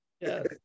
Yes